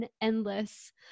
endless